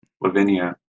Lavinia